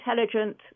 intelligent